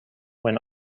when